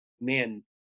man